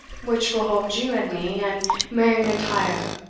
which will hold you and me, and mary m'intyre,